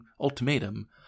ultimatum